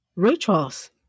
Rituals